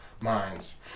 minds